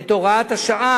את תוקף הוראת השעה.